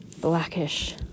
blackish